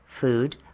food